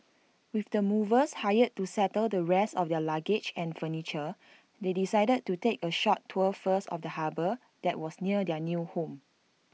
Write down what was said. with the movers hired to settle the rest of their luggage and furniture they decided to take A short tour first of the harbour that was near their new home